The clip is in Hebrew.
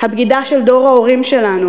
הבגידה של דור ההורים שלנו,